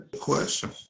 question